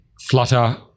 flutter